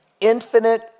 infinite